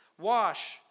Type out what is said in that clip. Wash